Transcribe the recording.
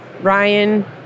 Ryan